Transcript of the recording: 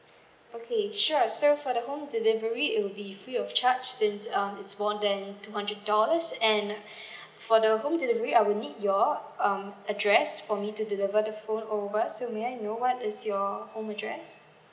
okay sure so for the home delivery it will be free of charge since um it's more than two hundred dollars and for the home delivery I will need your um address for me to deliver the phone over so may I know what is your home address